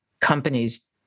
companies